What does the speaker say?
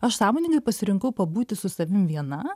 aš sąmoningai pasirinkau pabūti su savim viena